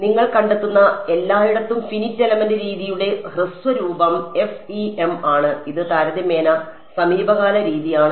അതിനാൽ നിങ്ങൾ കണ്ടെത്തുന്ന എല്ലായിടത്തും ഫിനിറ്റ് എലമെന്റ് രീതിയുടെ ഹ്രസ്വ രൂപം FEM ആണ് ഇത് താരതമ്യേന സമീപകാല രീതിയാണ്